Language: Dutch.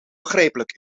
begrijpelijk